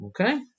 Okay